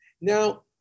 Now